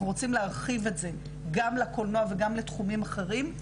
אנחנו רוצים להרחיב את זה גם לקולנוע וגם לתחומים אחרים.